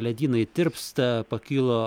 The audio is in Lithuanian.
ledynai tirpsta pakilo